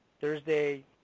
Thursday